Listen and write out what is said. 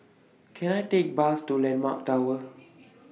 Can I Take A Bus to Landmark Tower